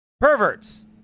perverts